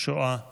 שואה וטרור,